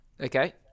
Okay